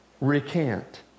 recant